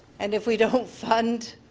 and if we don't fund